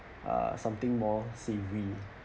uh something more savory